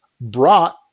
brought